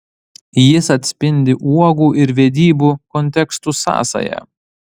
jis atspindi uogų ir vedybų kontekstų sąsają